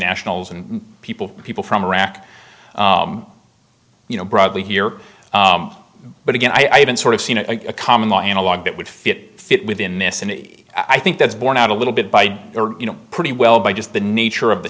nationals and people people from iraq you know broadly here but again i haven't sort of seen a common law analogue that would fit fit within this and i think that's borne out a little bit by you know pretty well by just the nature of the